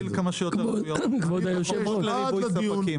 כמה שיותר תוכניות ושיהיה ריבוי ספקים.